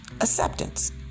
Acceptance